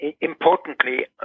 importantly